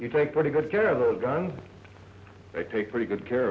you take pretty good care of the gun i take pretty good care